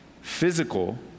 physical